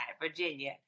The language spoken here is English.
Virginia